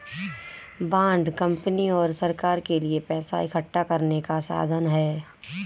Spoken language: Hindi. बांड कंपनी और सरकार के लिए पैसा इकठ्ठा करने का साधन है